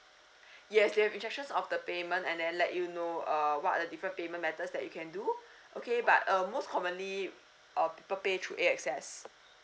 yes there've instructions of the payment and then let you know uh what are the different payment methods that you can do okay but uh most commonly our people pay through A_X_S